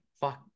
fuck